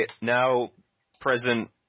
now-present